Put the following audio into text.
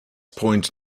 point